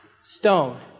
Stone